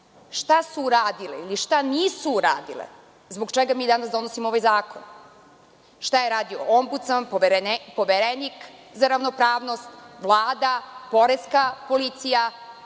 šta su radile ili šta nisu radile, a zbog čega mi danas donosimo ovaj zakon, šta je radio Ombudsman, Poverenik za ravnopravnost, Vlada, Poreska policija